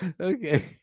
okay